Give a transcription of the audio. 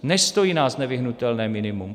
Nestojí nás nevyhnutelné minimum.